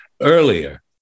earlier